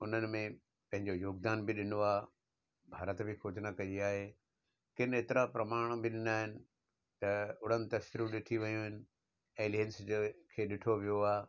उन्हनि में पंहिंजो योगदान बि ॾिनो आहे भारत बि खोजना कई आहे किन एतिरा प्रमाण बि ॾिना आहिनि त उड़न तस्तिरूं ॾिठी वियूं आहिनि एलिय़ंस जो खे ॾिठो वियो आहे